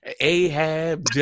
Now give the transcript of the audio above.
Ahab